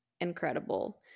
incredible